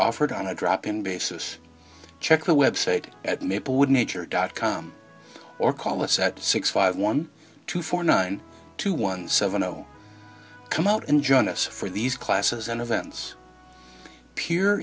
offered on a drop in basis check the website at maplewood nature dot com or call us at six five one two four nine two one seven zero come out and join us for these classes and events p